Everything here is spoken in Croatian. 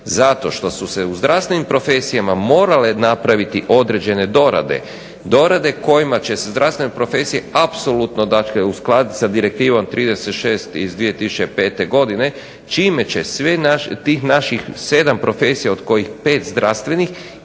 zato što su se u zdravstvenim profesijama morale napraviti određene dorade, dorade kojima će se zdravstvene profesije apsolutno uskladiti sa Direktivom 36 iz 2005. godine čime će tih naših sedam profesija, od kojih pet zdravstvenih,